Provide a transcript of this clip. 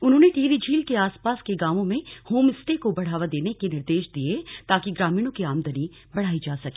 उन्होंने टिहरी झील के आसपास के गांवों में होम स्टे को बढ़ावा देने के निर्देश दिए ताकि ग्रामीणों की आमदनी बढ़ाई जा सके